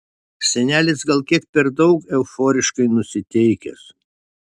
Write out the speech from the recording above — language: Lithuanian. senelis gal kiek per daug euforiškai nusiteikęs